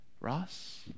ross